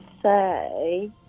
say